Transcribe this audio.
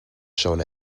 shown